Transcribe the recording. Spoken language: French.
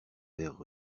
vers